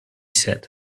said